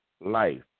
life